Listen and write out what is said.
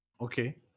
Okay